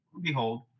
behold